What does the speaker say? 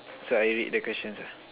so I read the questions ah